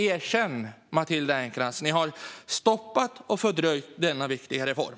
Erkänn, Matilda Ernkrans, att ni har stoppat och fördröjt denna viktiga reform!